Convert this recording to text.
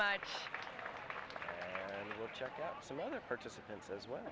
much we'll check out some other participants as well